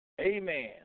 Amen